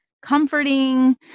comforting